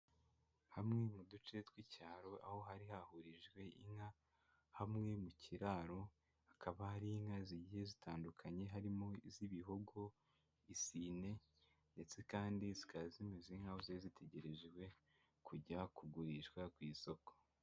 Hamwe mu duce tw'icyaro aho hari hahurijwe inka hamwe mu kiraro, hakaba hari inka zigiye zitandukanye harimo iz'ibihogo, isine, ndetse kandi zikaba zimeze nk'aho zari zitegerejwe kujya kugurishwa ku isoko.